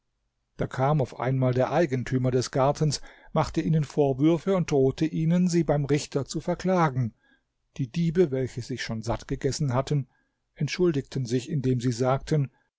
da kam auf einmal der eigentümer des gartens machte ihnen vorwürfe und drohte ihnen sie beim richter zu verklagen die diebe welche sich schon satt gegessen hatten entschuldigten sich indem sie sagten